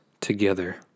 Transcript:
together